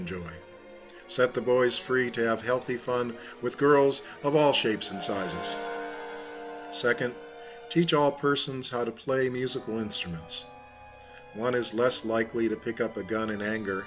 enjoy set the boys free to have healthy fun with girls of all shapes and sizes second teach all persons how to play musical instruments one is less likely to pick up a gun in anger